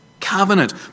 covenant